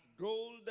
gold